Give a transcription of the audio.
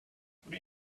what